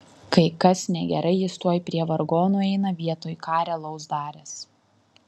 kai kas negerai jis tuoj prie vargonų eina vietoj ką realaus daręs